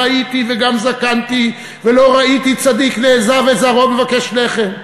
הייתי גם זקנתי ולא ראיתי צדיק נעזב וזרעו מבקש לחם";